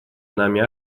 нами